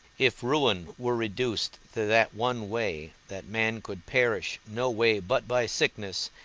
if ruin were reduced to that one way, that man could perish no way but by sickness,